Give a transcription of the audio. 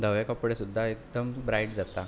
धवें कपडें सुद्दां एकदम ब्रायट जाता